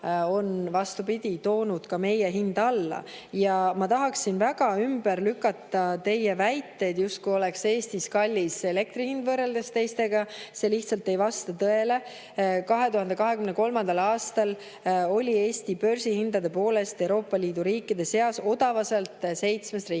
vastupidi, toonud ka meie hinda alla. Ma tahaksin väga ümber lükata teie väite, justkui oleks Eestis kallis elektri hind võrreldes teiste riikidega, see lihtsalt ei vasta tõele. 2023. aastal oli Eesti börsihindade poolest Euroopa Liidu riikide seas odavuselt seitsmes